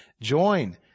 join